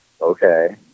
okay